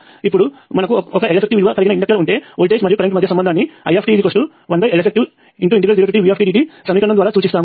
కాబట్టి ఇప్పుడు మనకు ఒక Leff విలువ కలిగిన ఇన్డక్టర్ ఉంటే వోల్టేజ్ మరియు కరెంట్ మధ్య సంబంధాన్ని It1Leff0tVtdt సమీకరణము ద్వారా సూచిస్తాము